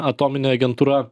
atominė agentūra